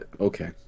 okay